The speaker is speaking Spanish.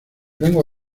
lengua